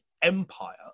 Empire